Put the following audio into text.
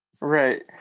Right